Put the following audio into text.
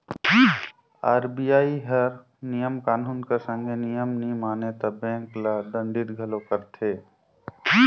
RBI हर नियम कानून कर संघे नियम नी माने ते बेंक ल दंडित घलो करथे